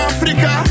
Africa